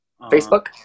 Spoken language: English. Facebook